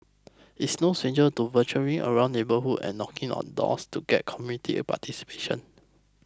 is no stranger to venturing around neighbourhoods and knocking on doors to get community participation